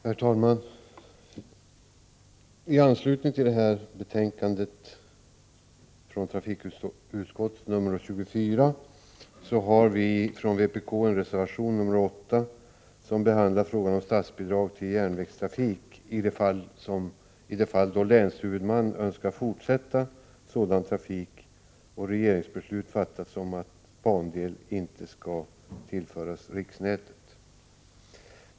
Herr talman! I anslutning till trafikutskottets betänkande 24 har vi från vpk avgivit en reservation, nr 8, som behandlar frågan om statsbidrag till järnvägstrafik i de fall då länshuvudmannen skall fortsätta sådan trafik och regeringsbeslut fattats om att bandel inte skall tillföras riksnätet.